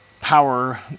power